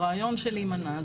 הרעיון של להימנע,